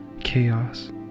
chaos